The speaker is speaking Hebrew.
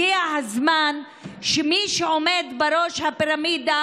הגיע הזמן שמי שעומד בראש הפירמידה